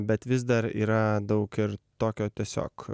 bet vis dar yra daug ir tokio tiesiog